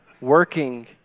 Working